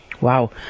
Wow